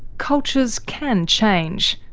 cultures can change,